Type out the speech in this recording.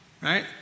right